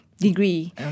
degree